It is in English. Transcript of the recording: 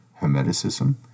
hermeticism